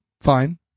fine